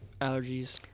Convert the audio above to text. allergies